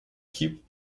keep